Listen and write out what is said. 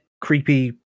creepy